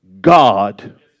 God